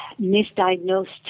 misdiagnosed